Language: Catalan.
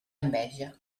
enveja